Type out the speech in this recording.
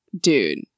dude